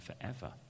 forever